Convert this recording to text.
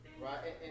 right